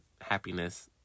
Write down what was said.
happiness